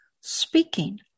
speaking